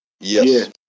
Yes